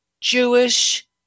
Jewish